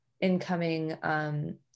incoming